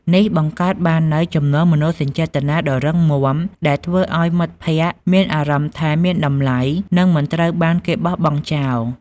នេះបង្កើតបាននូវ ចំណងមនោសញ្ចេតនាដ៏រឹងមាំ ដែលធ្វើឲ្យមិត្តភក្តិមានអារម្មណ៍ថា មានតម្លៃ និងមិនត្រូវបានគេបោះបង់ចោល។